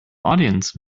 audience